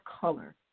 color